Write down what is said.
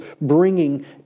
bringing